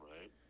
Right